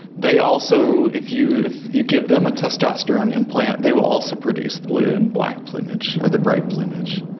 they also, if you if you give them a testosterone implant they will also produce blue and black plumage or the bright plumage.